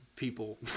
people